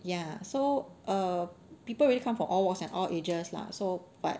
ya so err people really come from all walks and all ages lah so but